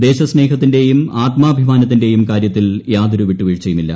ദേശസ്നേഹത്തിന്റെയും ആത്മാഭിമാനത്തിന്റെയും കാര്യത്തിൽ യാതൊരു വിട്ടുവീഴ്ചയുമില്ല